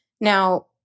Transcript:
Now